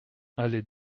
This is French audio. allée